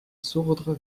sourdre